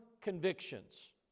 convictions